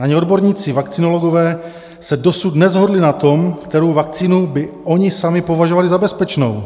Ani odborníci vakcinologové se dosud neshodli na tom, kterou vakcínu by oni sami považovali za bezpečnou.